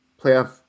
playoff